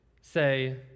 say